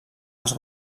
els